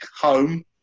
home